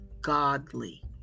godly